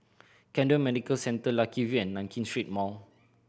Camden Medical Centre Lucky View and Nankin Street Mall